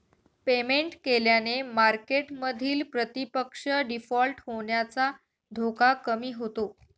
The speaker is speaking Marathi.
पेमेंट केल्याने मार्केटमधील प्रतिपक्ष डिफॉल्ट होण्याचा धोका कमी होतो